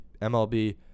MLB